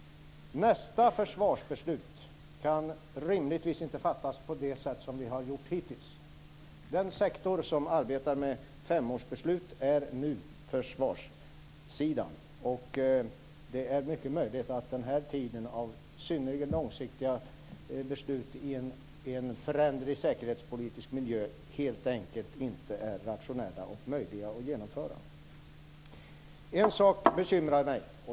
Nästa försvarsbeslut kan rimligtvis inte fattas på det sätt som vi har gjort hittills. Den sektor som arbetar med femårsbeslut är nu försvaret. Det är mycket möjligt att tiden för synnerligen långsiktiga beslut i en föränderlig säkerhetspolitisk miljö är ute och att de helt enkelt inte är rationella och möjliga att genomföra. En sak bekymrar mig.